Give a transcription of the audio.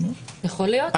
יכול להיות.